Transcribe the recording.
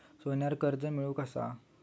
सोन्यावर कर्ज मिळवू कसा?